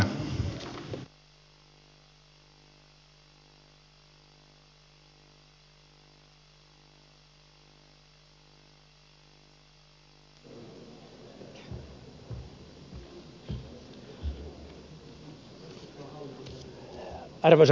arvoisa puhemies